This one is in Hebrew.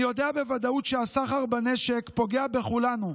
אני יודע בוודאות שהסחר בנשק פוגע בכולנו,